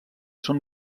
són